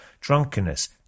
drunkenness